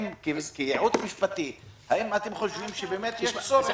כייעוץ משפטי, האם אתם חושבים שבאמת יש צורך?